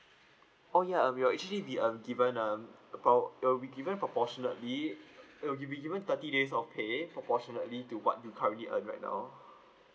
oh ya um we actually be um given um pro~ it'll be given proportionately uh it will be given thirty days of pay proportionately to what you currently earn right now